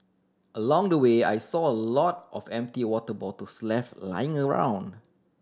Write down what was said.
along the way I saw a lot of empty water bottles left lying around